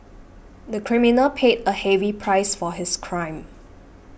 the criminal paid a heavy price for his crime